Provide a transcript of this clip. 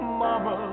mama